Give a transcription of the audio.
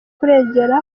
kurengera